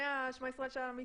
לפני מספר ימים